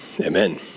amen